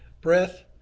breath